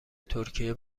ترکیه